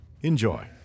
Enjoy